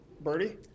birdie